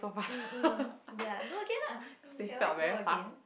mm mm ya do again ah you can always do again